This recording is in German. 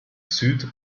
süd